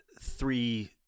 three